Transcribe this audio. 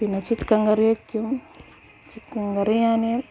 പിന്നെ chicken curry വയ്ക്കും chicken curry ഞാന്